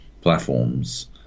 platforms